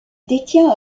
détient